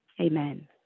Amen